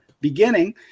beginning